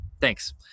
Thanks